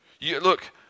Look